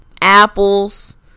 apples